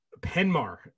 Penmar